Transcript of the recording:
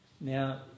now